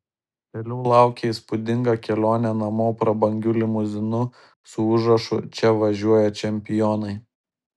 vėliau laukė įspūdinga kelionė namo prabangiu limuzinu su užrašu čia važiuoja čempionai